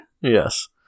Yes